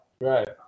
right